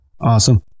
Awesome